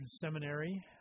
Seminary